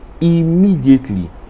immediately